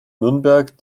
nürnberg